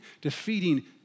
defeating